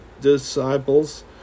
disciples